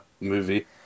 movie